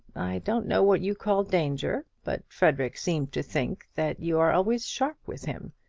i don't know what you call danger but frederic seemed to think that you are always sharp with him.